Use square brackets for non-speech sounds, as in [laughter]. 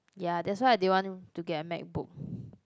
ya that's why I didn't want to get a MacBook [breath]